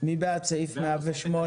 מי בעד סעיף 108?